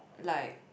like